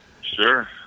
Sure